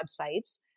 websites